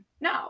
no